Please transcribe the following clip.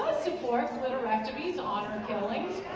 support cliterectomies honor killings